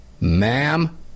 ma'am